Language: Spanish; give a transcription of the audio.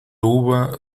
uva